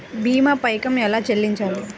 భీమా పైకం ఎలా చెల్లించాలి?